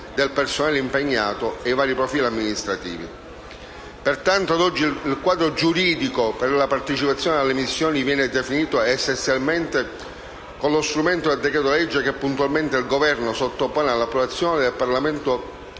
il quadro giuridico per la partecipazione alle missioni viene definito essenzialmente con lo strumento del decreto-legge, che puntualmente il Governo sottopone all'approvazione del Parlamento